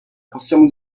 possiamo